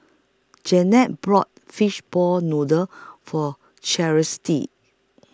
Jeannette brought Fishball Noodle For